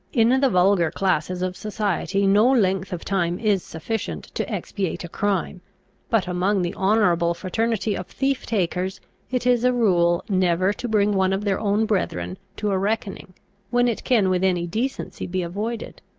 in the vulgar classes of society no length of time is sufficient to expiate a crime but among the honourable fraternity of thief-takers it is a rule never to bring one of their own brethren to a reckoning when it can with any decency be avoided.